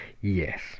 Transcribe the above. yes